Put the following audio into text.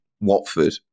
Watford